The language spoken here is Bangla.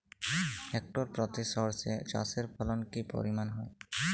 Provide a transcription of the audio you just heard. হেক্টর প্রতি সর্ষে চাষের ফলন কি পরিমাণ হয়?